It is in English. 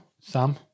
sam